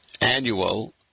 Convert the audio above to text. annual